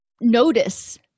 Notice